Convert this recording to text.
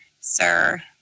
sir